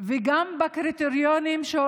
וגם בקריטריונים לקבלת מלגות לסטודנטים,